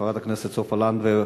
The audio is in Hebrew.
חברת הכנסת סופה לנדבר,